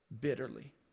bitterly